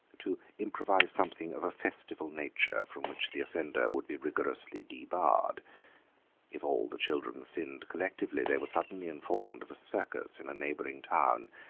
to improvise something of a festival nature from which the offender would be rigorously debarred if all the children sinned collectively they were suddenly informed of a circus in a neighbouring town,